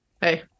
hey